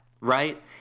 right